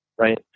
right